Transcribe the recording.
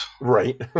Right